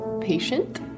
patient